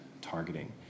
targeting